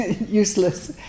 useless